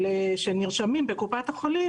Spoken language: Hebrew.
בקופת החולים,